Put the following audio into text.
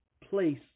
place